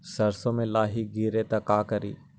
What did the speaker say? सरसो मे लाहि गिरे तो का करि?